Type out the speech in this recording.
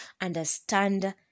understand